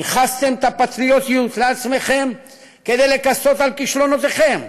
ניכסתם את הפטריוטיות לעצמכם כדי לכסות על כישלונותיכם,